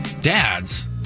dads